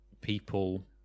people